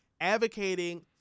advocating